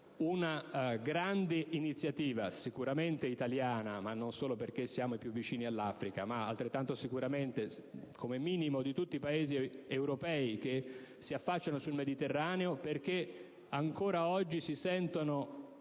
una grande iniziativa, sicuramente italiana (non solo perché siamo i più vicini all'Africa) ma altrettanto sicuramente, come minimo, di tutti i Paesi europei che si affacciano sul Mediterraneo. Infatti, ancora oggi si sentono